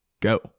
go